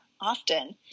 often